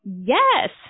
yes